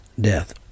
death